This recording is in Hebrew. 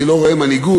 אני לא רואה מנהיגות.